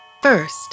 First